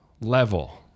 level